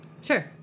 Sure